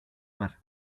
mar